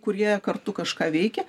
kur jie kartu kažką veikia